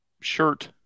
shirt